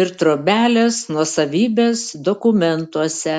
ir trobelės nuosavybės dokumentuose